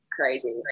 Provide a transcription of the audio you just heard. crazy